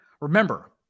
remember